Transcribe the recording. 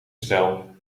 stijl